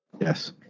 Yes